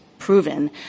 proven